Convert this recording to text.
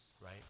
right